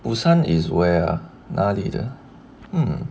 busan is where 那里的 mm